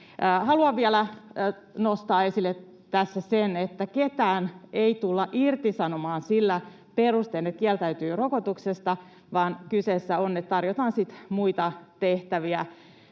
Haluan vielä nostaa esille tässä sen, että ketään ei tulla irtisanomaan sillä perusteella, että kieltäytyy rokotuksesta, vaan kyseessä on se, että tarjotaan muita tehtäviä,